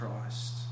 Christ